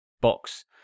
box